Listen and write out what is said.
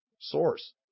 source